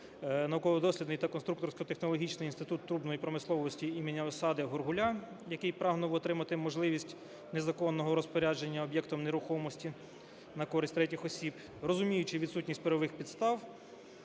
"Науково-дослідний та конструкторсько-технологічний інститут трубної промисловості імені Я.Ю.Осади" Горгуля, який прагнув отримати можливість незаконного розпорядження об'єктом нерухомості на користь третіх осіб, розуміючи відсутність правових підстав